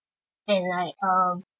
and like um